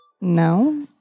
No